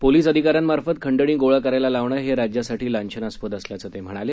police अधिकाऱ्यांमार्फत खंडणी गोळा करायला लावणं हे राज्यासाठी लांछनास्पद असल्याचं ते म्हणाले